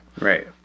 right